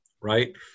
Right